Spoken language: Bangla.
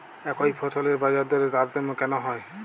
একই ফসলের বাজারদরে তারতম্য কেন হয়?